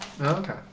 Okay